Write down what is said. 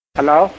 Hello